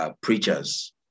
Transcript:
preachers